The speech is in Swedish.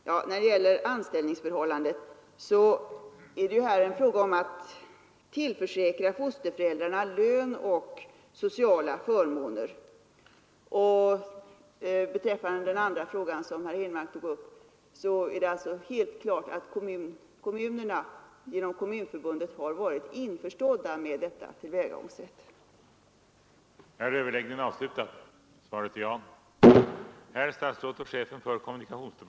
Herr talman! Beträffande anställningsförhållandet vill jag säga att det Torsdagen den här är fråga om att tillförsäkra fosterföräldrarna lön och sociala 13 december 1973 förmåner. Angående det sista herr Henmark tog upp kan jag meddela att det är OM utsträckt tid helt klart att kommunerna genom Kommunförbundet har varit införstådför upprättande av da med detta tillvägagångssätt.